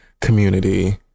community